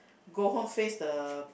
go home faced the